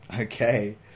Okay